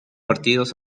partidos